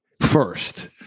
first